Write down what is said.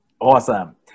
Awesome